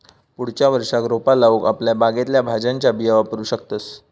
पुढच्या वर्षाक रोपा लाऊक आपल्या बागेतल्या भाज्यांच्या बिया वापरू शकतंस